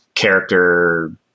character